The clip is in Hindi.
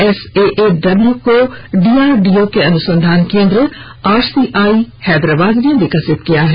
एसएडब्ल्यू को डीआरडीओ के अनुसंधान केन्द्र आरसीआई हैदराबाद ने विकसित किया है